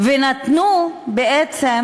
נתנו בעצם